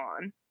on